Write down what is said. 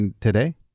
Today